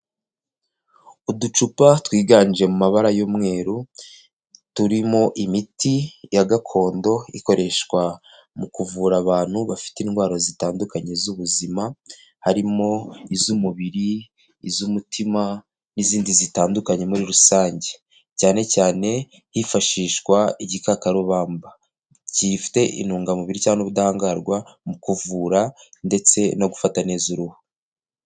Uducupa twiganje mu mabara y'umweru turimo imiti ya gakondo ikoreshwa mu kuvura abantu bafite indwara zitandukanye z'ubuzima, harimo iz'umubiri, iz'umutima, n'izindi zitandukanye muri rusange cyane cyane hifashishwa igikakarubamba gifite intungamubiri cyangwa n'ubudahangarwa mu kuvura ndetse no gufata neza uruhu.